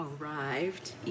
arrived